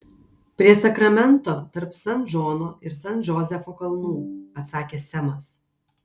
prie sakramento tarp san džono ir san džozefo kalnų atsakė semas